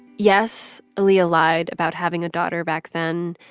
yes, aaliyah lied about having a daughter back then.